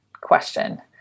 question